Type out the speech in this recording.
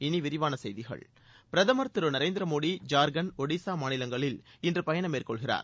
விரிவான செய்திகள் பிரதமர் திரு நரேந்திர மோடி ஜார்கண்ட் ஒடிசா மாநிலங்களில் இன்று பயணம் மேற்கொள்கிறார்